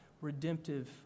redemptive